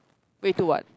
wait to what